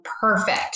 perfect